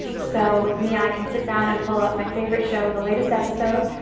so with me, i can sit down and pull up my favorite show, the latest episode,